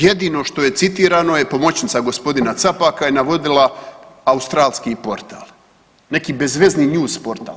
Jedino što je citirano je pomoćnica gospodina Capaka je navodila australski portal, neki bezvezni news portal.